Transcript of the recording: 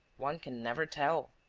one can never tell!